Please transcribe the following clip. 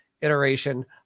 iteration